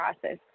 process